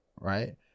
Right